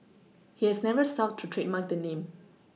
he has never sought to trademark the name